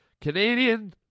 Canadian